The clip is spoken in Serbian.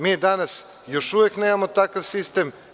Mi danas još uvek nemamo takav sistem.